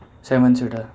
seven seater